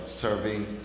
serving